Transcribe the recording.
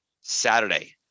Saturday